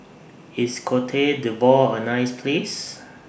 IS Cote D'Ivoire A nice Place